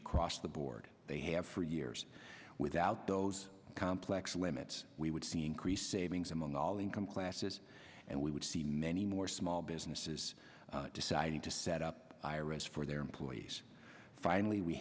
across the board they have for years without those complex limits we would see increased savings among all income classes and we would see many more small businesses deciding to set up iras for their employees finally we